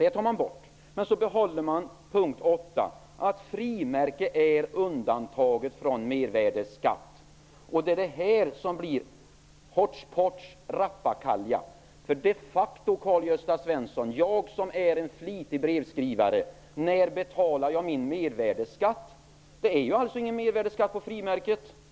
Men i punkten 8 föreslås att frimärken skall vara undantagna från mervärdesskatt. Det är detta förslag som gör att det som ni säger är ''hotchpotch'' och rappakalja. De facto, Karl-Gösta Svenson: När betalar jag, som är en flitig brevskrivare, min mervärdesskatt? Det är ingen mervärdesskatt på frimärken.